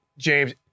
James